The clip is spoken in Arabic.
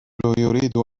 يريد